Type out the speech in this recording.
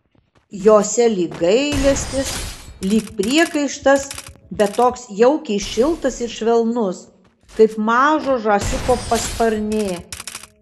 jose lyg gailestis lyg priekaištas bet toks jaukiai šiltas ir švelnus kaip mažo žąsiuko pasparnė